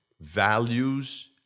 values